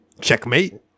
checkmate